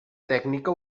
tècnica